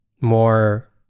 more